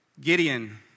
Gideon